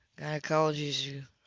gynecologist